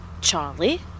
Charlie